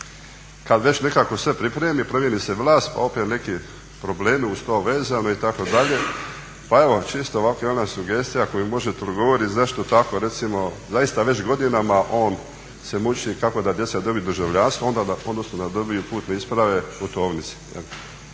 Kada već nekako sve pripremi promjeni se vlast pa opet neki problemi uz to vezani itd. pa evo čisto ovako jedna sugestija koja ako mi možete odgovoriti zašto tako recimo zaista već godinama on se muči kako da djeca dobiju državljanstvo odnosno da dobiju putne isprave putovnice,